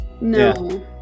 no